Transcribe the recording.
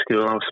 school